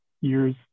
years